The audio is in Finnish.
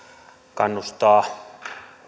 kannustaa